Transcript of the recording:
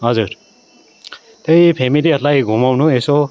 हजुर त्यही फेमिलीहरूलाई घुमाउनु यसो